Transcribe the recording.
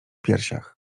piersiach